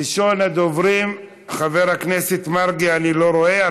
ראשון הדוברים, חבר הכנסת מרגי, אני לא רואה אותו.